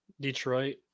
Detroit